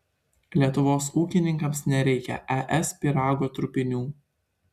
lietuvos ūkininkams nereikia es pyrago trupinių